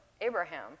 Abraham